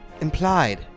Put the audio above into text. Implied